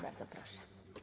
Bardzo proszę.